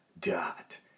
dot